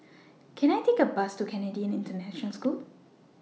Can I Take A Bus to Canadian International School